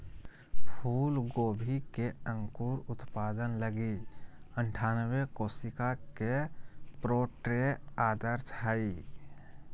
फूलगोभी के अंकुर उत्पादन लगी अनठानबे कोशिका के प्रोट्रे आदर्श हइ